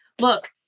look